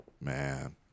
Man